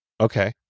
okay